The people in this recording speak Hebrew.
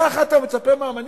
ככה אתה מצפה מהמנהיג?